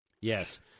Yes